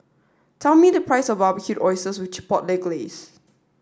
tell me the price of Barbecued Oysters with Chipotle Glaze